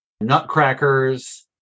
Nutcrackers